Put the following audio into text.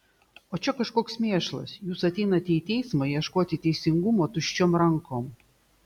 o čia kažkoks mėšlas jūs ateinate į teismą ieškoti teisingumo tuščiom rankom